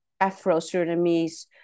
afro-surinamese